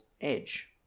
Edge